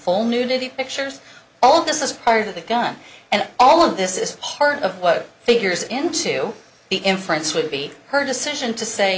full nudity pictures all this is part of the fun and all of this is part of what figures into the inference would be her decision to say